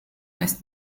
meist